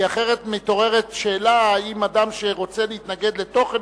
כי אחרת מתעוררת שאלה אם אדם שרוצה להתנגד לתוכן